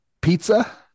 pizza